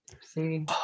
see